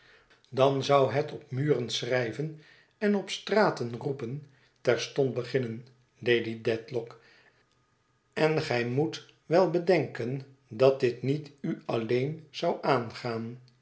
dan zou het op muren schrijven en op straten roepen terstond beginnen lady dediock en gij moet wel bedenken dat dit niet u alleen zou aangaan